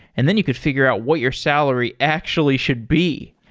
and then you could figure out what your salary actually should be.